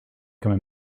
become